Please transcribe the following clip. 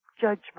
judgment